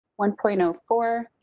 1.04